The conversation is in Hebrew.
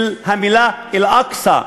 של המילה אל-אקצא,